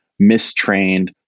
mistrained